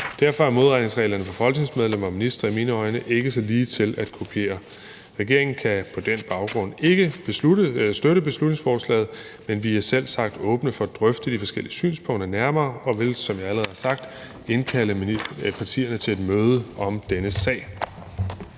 Derfor er modregningsreglerne for folketingsmedlemmer og ministre i mine øjne ikke så ligetil at kopiere. Regeringen kan på den baggrund ikke støtte beslutningsforslaget. Men vi er selvsagt åbne for at drøfte de forskellige synspunkter nærmere og vil, som jeg allerede har sagt, indkalde partierne til et møde om denne sag.